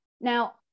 Now